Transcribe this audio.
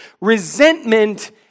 Resentment